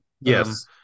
Yes